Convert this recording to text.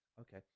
Okay